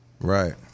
Right